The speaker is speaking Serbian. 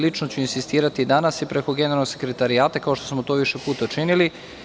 Lično ću insistirati danas preko Generalnog sekretarijata, kao što smo to više puta činili.